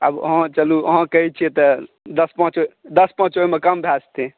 आब अहाँ चलूँ अहाँ कहैत छियै तऽ दश पाँच दश पाँच ओहिमे कम भए जेतै